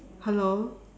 hello